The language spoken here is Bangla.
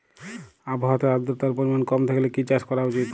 আবহাওয়াতে আদ্রতার পরিমাণ কম থাকলে কি চাষ করা উচিৎ?